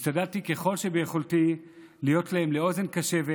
השתדלתי ככל שביכולתי להיות להם לאוזן קשבת